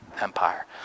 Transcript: empire